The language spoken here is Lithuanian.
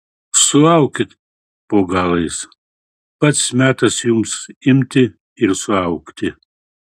suaukit po galais pats metas jums imti ir suaugti